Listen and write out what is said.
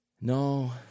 no